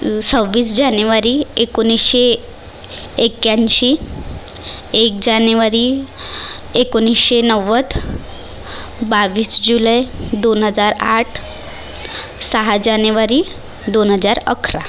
सव्वीस जानेवारी एकोणीसशे एक्याऐंशी एक जानेवारी एकोणीसशे नव्वद बावीस जुलै दोन हजार आठ सहा जानेवारी दोन हजार अकरा